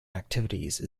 activities